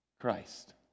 Christ